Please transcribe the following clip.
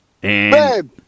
Babe